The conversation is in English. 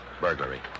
Burglary